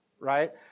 Right